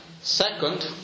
Second